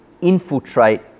infiltrate